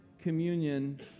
communion